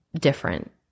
different